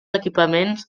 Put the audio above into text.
equipaments